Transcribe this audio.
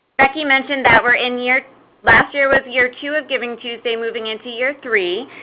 becky mentioned that we're in year last year was year two of givingtuesday moving into year three.